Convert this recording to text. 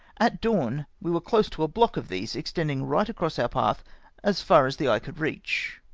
at dawn we were close to a block of these, extending right across our path as far as the eye could reach.